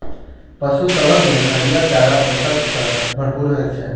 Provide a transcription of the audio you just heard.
पशु सभक लेल हरियर चारा पोषण सॅ भरपूर होइत छै